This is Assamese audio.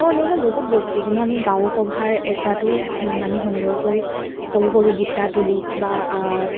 আৰু অন্যান্য বহুত বস্তু যেনে আমি গাৰু ক'ভাৰ এটাটো আমি সুন্দৰকৈ সৰু সৰু বুটা তুলি বা